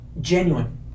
genuine